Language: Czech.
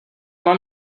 mám